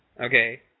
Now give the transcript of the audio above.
Okay